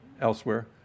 Elsewhere